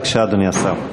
בבקשה, אדוני השר.